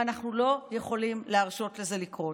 ואנחנו לא יכולים להרשות לזה לקרות.